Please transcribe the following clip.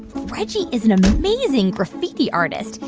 reggie is an amazing graffiti artist.